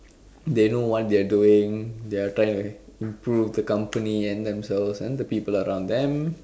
they know what they are doing they are trying to improve the company and themselves and the people around them